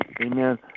Amen